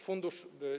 Fundusz.